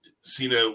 Cena